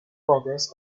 progress